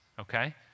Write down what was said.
okay